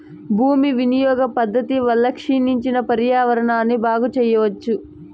భూ వినియోగ పద్ధతి వల్ల క్షీణించిన పర్యావరణాన్ని బాగు చెయ్యచ్చు